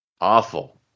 awful